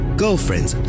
girlfriends